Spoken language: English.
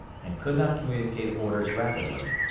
and could not communicate orders rapidly,